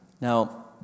Now